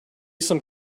some